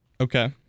Okay